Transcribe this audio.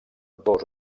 dos